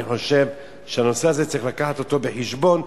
אני חושב שצריך להביא את הנושא הזה בחשבון,